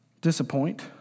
disappoint